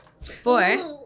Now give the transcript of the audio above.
Four